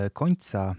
końca